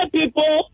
people